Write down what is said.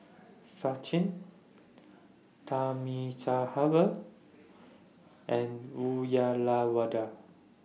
Sachin Thamizhavel and Uyyalawada